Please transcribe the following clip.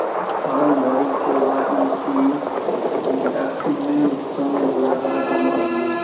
farm भरि KYC document संग लगा जमा दियौ